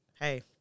hey